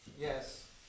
Yes